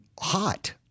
hot